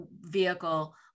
vehicle